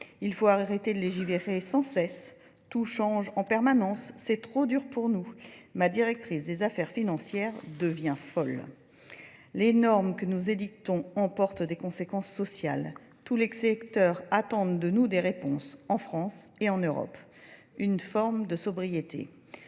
Il faut arrêter de légivérer sans cesse. Tout change en permanence. C'est trop dur pour nous. Ma directrice des affaires financières devient folle. Les normes que nous édictons emportent des conséquences sociales. Tous les secteurs attendent de nous des réponses, en France et en Europe. Une forme de sobriété.